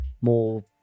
more